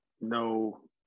no